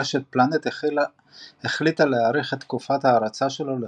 רשת פלאנט החליטה להאריך את תקופת ההרצה שלו לחודש.